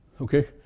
okay